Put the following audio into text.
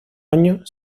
año